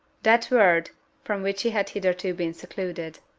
that world from which she had hitherto been secluded.